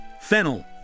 fennel